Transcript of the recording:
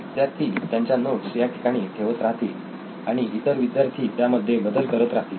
विद्यार्थी त्यांच्या नोट्स या ठिकाणी ठेवत राहतील आणि इतर विद्यार्थी त्यामध्ये बदल करत राहतील